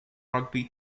rugby